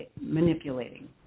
manipulating